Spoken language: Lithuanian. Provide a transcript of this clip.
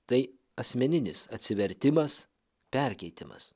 tai asmeninis atsivertimas perkeitimas